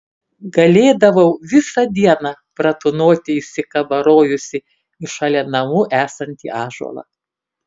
galėdavau visą dieną pratūnoti įsikabarojusi į šalia namų esantį ąžuolą